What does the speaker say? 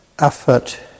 effort